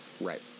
right